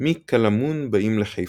"מקלמון באים לחיפא.